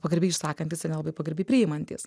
pagarbiai išsakantys ir nelabai pagarbiai priimantys